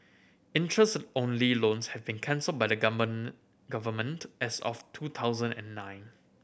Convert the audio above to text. interest only loans have been cancelled by the Government as of two thousand and nine